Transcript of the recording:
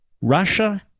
Russia